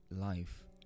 life